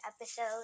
episode